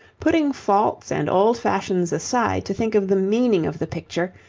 putting faults and old fashions aside to think of the meaning of the picture,